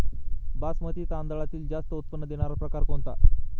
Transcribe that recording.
बासमती तांदळातील जास्त उत्पन्न देणारा प्रकार कोणता?